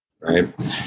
right